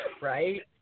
Right